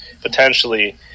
potentially